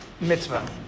mitzvah